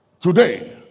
today